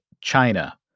China